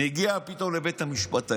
מגיע פתאום לבית המשפט העליון,